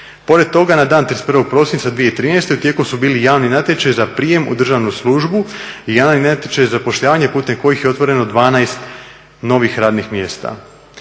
Pored toga na dan 31. prosinca 2013. u tijeku su bili javni natječaji za prijem u državnu službu i javni natječaj zapošljavanje putem kojih je otvoreno 12 novih radnih mjesta.